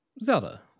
Zelda